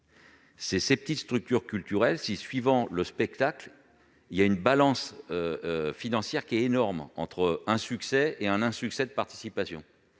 les toutes petites structures culturelles, suivant le spectacle, il existe une balance financière énorme entre un succès et un insuccès de participation.